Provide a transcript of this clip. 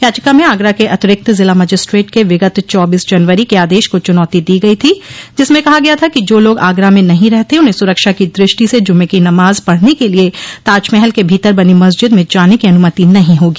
याचिका में आगरा के अतिरिक्त जिला मजिस्ट्रेट के विगत चौबीस जनवरी के आदेश को चुनौती दी गई थी जिसमें कहा गया था कि जो लोग आगरा में नहीं रहते उन्हें सुरक्षा की दृष्टि से जूम्मे की नमाज पढ़ने क लिए ताजमहल के भीतर बनी मस्जिद में जाने की अनुमति नहीं होगी